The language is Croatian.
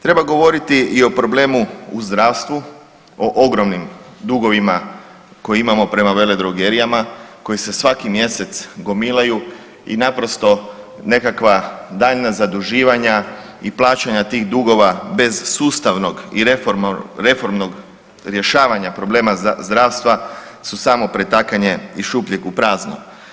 Treba govoriti i o problemu u zdravstvu, o ogromnim dugovima koje imamo prema veledrogerijama, koje se svaki mjesec gomilaju i naprosto nekakva daljnja zaduživanja i plaćanja tih dugova bez sustavnog i reformnog rješavanja problema zdravstva su samo pretakanje iz šupljeg u prazno.